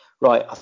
Right